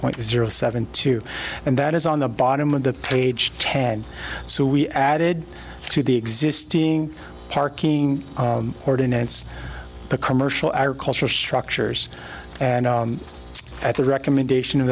point zero seven two and that is on the bottom of the page ten so we added to the existing parking ordinance the commercial agriculture structures and at the recommendation of